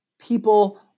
People